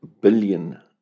billion